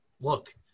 look